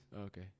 Okay